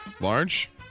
Large